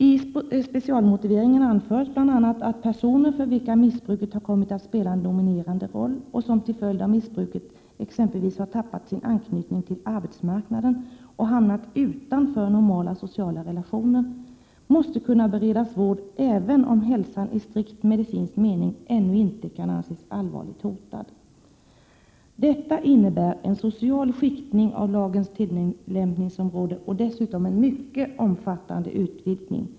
I specialmotiveringen anförs bl.a. att personer, för vilka missbruket har kommit att spela en dominerande roll och som till följd av missbruket exempelvis har tappat sin anknytning till arbetsmarknaden och hamnat utanför normala sociala relationer, måste kunna beredas vård även om hälsan i strikt medicinsk mening ännu inte kan anses allvarligt hotad. Detta innebär en social skiktning av lagens tillämpningsområde och dessutom en mycket omfattande utvidgning.